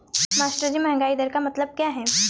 मास्टरजी महंगाई दर का मतलब क्या है?